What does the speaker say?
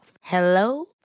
Hello